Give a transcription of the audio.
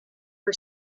her